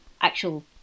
actual